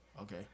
Okay